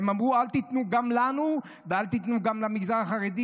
הן אמרו: אל תיתנו גם לנו ואל תיתנו גם למגזר החרדי,